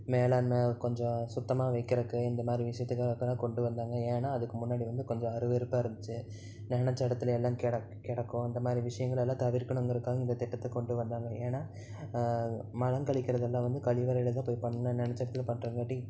மேலாண்மையை கொஞ்சம் சுத்தமாக வைக்கிறக்கு இந்த மாதிரி விஷயத்துக்காக தான் கொண்டு வந்தாங்க ஏன்னா அதுக்கு முன்னாடி வந்து கொஞ்சம் அறுவெறுப்பா இருந்துச்சு நினச்ச இடத்துலேலாம் கிடக் கிடக்கும் அந்த மாதிரி விஷியங்களலாம் தவிர்க்கணுங்கிறக்காக இந்த திட்டத்தை கொண்டு வந்தாங்க ஏன்னா மலம் கழிக்கிறதெல்லாம் வந்து கழிவறையில் தான் போய் பண்ணும் நினச்ச இடத்துல பண்ணுறங்காட்டி